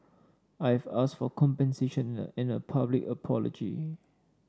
I've asked for compensation and a public apology